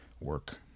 work